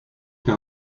que